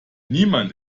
niemand